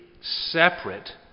separate